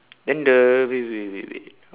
then the wait wait wait wait